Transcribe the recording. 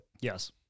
Yes